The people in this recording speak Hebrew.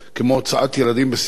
כמו הוצאת ילדים בסיכון